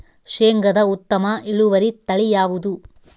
ಶೇಂಗಾದ ಉತ್ತಮ ಇಳುವರಿ ತಳಿ ಯಾವುದು?